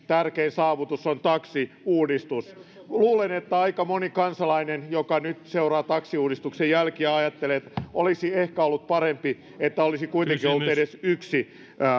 tärkein saavutuksensa on taksiuudistus luulen että aika moni kansalainen joka nyt seuraa taksiuudistuksen jälkiä ajattelee että olisi ehkä ollut parempi että olisi kuitenkin ollut edes yksi